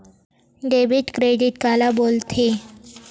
Debit credit काला बोल थे?